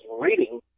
reading